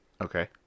Okay